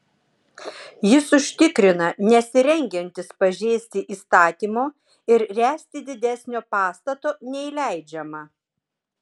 jis užtikrina nesirengiantis pažeisti įstatymo ir ręsti didesnio pastato nei leidžiama